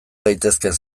daitezkeen